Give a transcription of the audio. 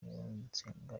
niyonsenga